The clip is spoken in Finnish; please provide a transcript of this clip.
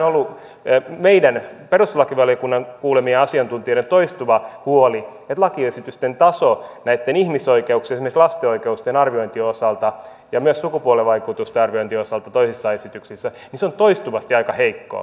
tämä on ollut perustuslakivaliokunnan kuulemien asiantuntijoiden toistuva huoli että lakiesitysten taso näitten ihmisoikeuksien esimerkiksi lasten oikeuksien arviointien osalta ja myös sukupuolivaikutusten arviointien osalta toisissa esityksissä on toistuvasti aika heikkoa